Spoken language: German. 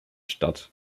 stadt